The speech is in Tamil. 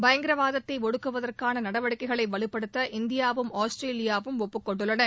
பயங்கரவாதத்தை ஒடுக்குவதற்கான நடவடிக்கைகளை வலப்படுக்க இந்தியாவும் ஆஸ்திரேலியாவும் ஒப்புக்கொண்டுள்ளன